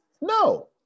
No